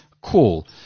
call